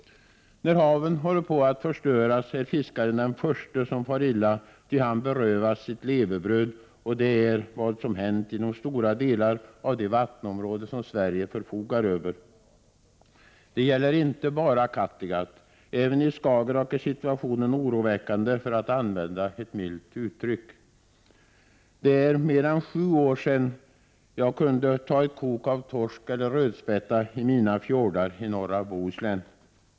När haven håller på att förstöras är fiskaren den förste som far illa, ty han berövas sitt levebröd, och det är vad som hänt inom stora delar av de vattenområden Sverige förfogar över. Det gäller inte bara Kattegatt. Även i Skagerrak är situationen oroväckande för att använda ett milt uttryck. Det är mer än sju år sedan jag kunde ta ett kok av torsk eller rödspätta ur mina fjordar i norra Bohuslän.